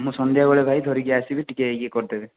ମୁଁ ସନ୍ଧ୍ୟାବେଳେ ଭାଇ ଧରିକି ଆସିବି ଟିକେ ଇଏ କରି ଦେବେ